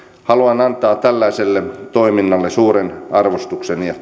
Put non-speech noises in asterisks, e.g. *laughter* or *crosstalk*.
haluan antaa tällaiselle toiminnalle suuren arvostukseni ja *unintelligible*